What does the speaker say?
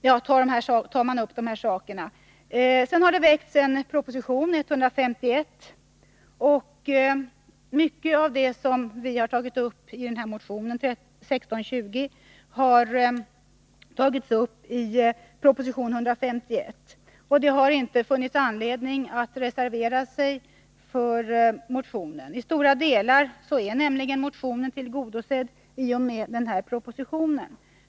Sedan har regeringen lagt fram sin proposition 151, som innehåller mycket av det vi tar upp i motionen. Det har inte funnits anledning att reservera sig till förmån för motionen. I stora delar är nämligen motionen tillgodosedd i och med propositionen.